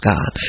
God